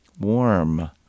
warm